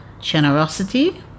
generosity